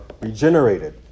regenerated